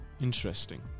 Interesting